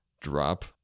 drop